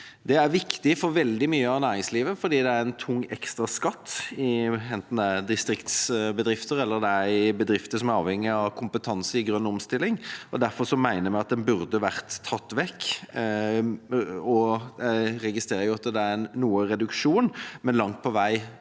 Det er viktig for veldig mye av næringslivet, for dette er en tung ekstraskatt, enten det er for distriktsbedrifter eller for bedrifter som er avhengig av kompetanse i grønn omstilling. Derfor mener vi at den burde vært tatt vekk. Jeg registrerer at det er noe reduksjon, men langt på vei